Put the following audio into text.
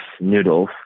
noodles